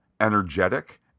energetic